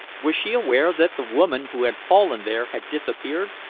was she aware that the woman who had fallen there had disappeared?